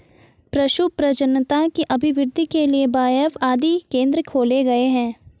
पशु प्रजननता की अभिवृद्धि के लिए बाएफ आदि केंद्र खोले गए हैं